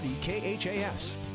K-H-A-S